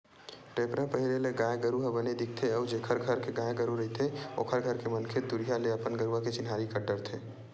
टेपरा पहिरे ले गाय गरु ह बने दिखथे अउ जेखर घर के गाय गरु रहिथे ओखर घर के मनखे दुरिहा ले अपन गरुवा के चिन्हारी कर डरथे